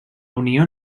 unió